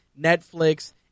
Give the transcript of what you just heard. Netflix